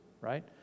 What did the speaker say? right